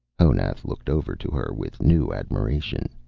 honath looked over to her with new admiration.